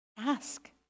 Ask